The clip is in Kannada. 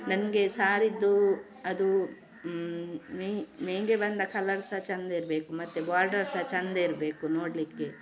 ನನಗೆ ಸಾರಿದ್ದು ಅದು ಮೈಗೆ ಬಂದ ಕಲರ್ ಸಹ ಚಂದ ಇರ್ಬೇಕು ಮತ್ತೆ ಬಾರ್ಡರ್ ಸಹ ಚಂದ ಇರಬೇಕು ನೋಡಲಿಕ್ಕೆ